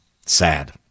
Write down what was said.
Sad